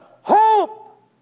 hope